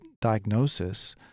diagnosis